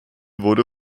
wurde